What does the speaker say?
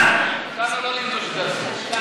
אותנו לא לימדו שזה אסור.